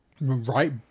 right